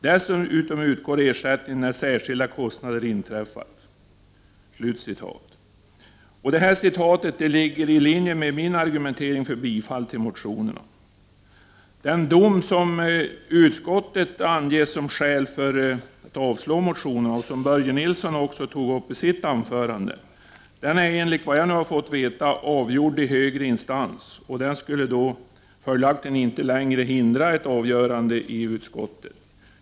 Dessutom utgår ersättning när särskilda kostnader inträffat.” Detta citat ligger i linje med min argumentering för bifall till motionerna. Det mål som utskottet anger som skäl för att avstyrka motionen och som Börje Nilsson också tog upp i sitt anförande är nu, enligt vad jag har fått veta, avgjort i högre instans, och den skulle följaktligen inte längre hindra ett avgörande i utskottet.